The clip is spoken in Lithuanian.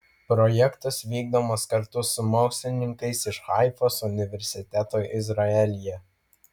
projektas vykdomas kartu su mokslininkais iš haifos universiteto izraelyje